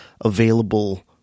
available